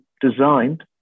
designed